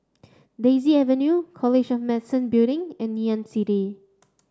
Daisy Avenue College of Medicine Building and Ngee Ann City